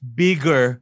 bigger